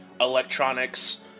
electronics